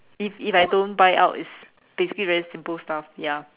if if I don't buy out it's basically very simple stuff ya